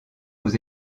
aux